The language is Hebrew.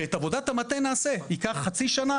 ואת עבודת המטה נעשה ייקח חצי שנה?